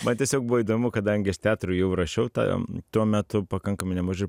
man tiesiog buvo įdomu kadangi aš teatrui jau rašiau tą tuo metu pakankamai nemažai